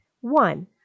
One